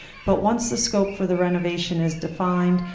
but once the scope for the renovation is defined,